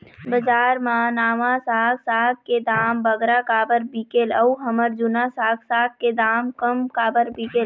बजार मा नावा साग साग के दाम बगरा काबर बिकेल अऊ हमर जूना साग साग के दाम कम काबर बिकेल?